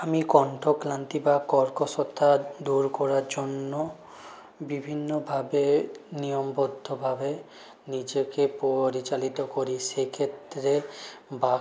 আমি কন্ঠ ক্লান্তি বা কর্কশতা দূর করার জন্য বিভিন্নভাবে নিয়মবদ্ধভাবে নিজেকে পরিচালিত করি সেক্ষেত্রে বাক